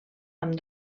amb